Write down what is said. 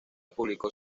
publicó